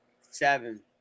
Seven